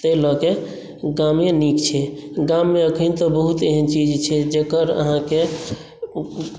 ताहि लऽ के गामे नीक छै गाममे एखन तक बहुत एहन चीज छै जकर अहाँकेँ